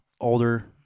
older